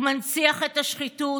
הוא מנציח את השחיתות.